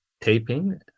taping